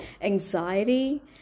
anxiety